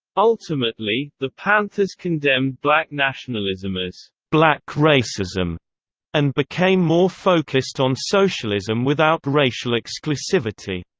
ultimately, the panthers condemned black nationalism as black racism and became more focused on socialism without racial exclusivity.